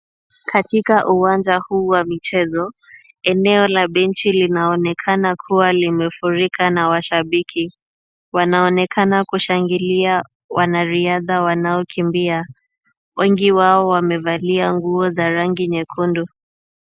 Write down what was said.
Katika uwanja huu wa michezo, eneo la benchi linaonekana kuwa limefurika na washabiki. Wanaonekana kushangilia wanariadha wanaokimbia. Wengi wao wamevalia nguo za rangi nyekundu.